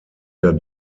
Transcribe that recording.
der